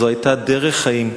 זאת היתה דרך חיים.